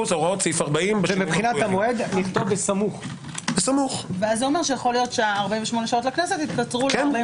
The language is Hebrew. יש בעיה פרקטית שלפעמים גם כשהשר הנורבגי מתפטר לא יודעים